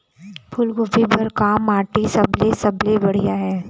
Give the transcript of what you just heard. फूलगोभी बर का माटी सबले सबले बढ़िया ये?